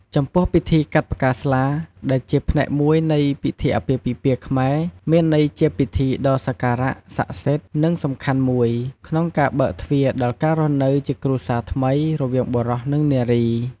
ចំពោះ ពិធីកាត់ផ្កាស្លា ដែលជាផ្នែកមួយនៃពិធីអាពាហ៍ពិពាហ៍ខ្មែរ មានន័យជាពិធីដ៏សក្ការៈសក្កសិទ្ធិ និងសំខាន់មួយ ក្នុងការបើកទ្វារដល់ការរស់នៅជាគ្រួសារថ្មីរវាងបុរសនិងនារី។